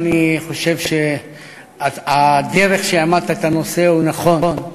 אני חושב שהדרך שאמרת את הנושא, זה נכון.